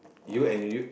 you and you